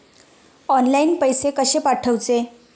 Online पैसे कशे पाठवचे?